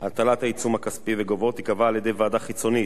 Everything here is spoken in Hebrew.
הטלת העיצום הכספי וגובהו תיקבע על-ידי ועדה חיצונית,